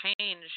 change